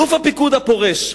אלוף הפיקוד הפורש,